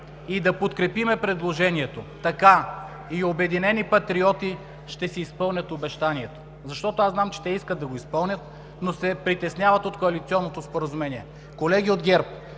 и да подкрепим предложението. Така и „Обединени патриоти“ ще си изпълнят обещанието, защото аз знам, че те искат да го изпълнят, но се притесняват от коалиционното споразумение. Колеги от ГЕРБ,